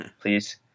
please